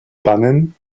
bannen